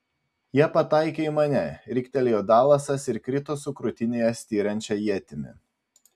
jie pataikė į mane riktelėjo dalasas ir krito su krūtinėje styrinčia ietimi